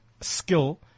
skill